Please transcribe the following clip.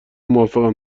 موافقم